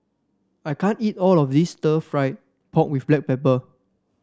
I can't eat all of this stir fry pork with Black Pepper